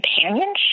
companionship